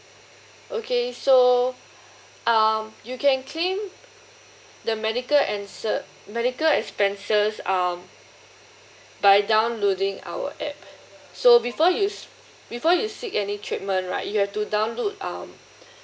okay so um you can claim the medical and sir medical expenses um by downloading our app so before use before you seek any treatment right you have to download um